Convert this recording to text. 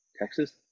Texas